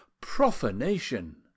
Profanation